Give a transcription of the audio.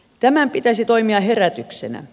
tämän pitäisi toimia herätyksenä